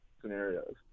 scenarios